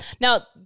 Now